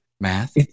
Math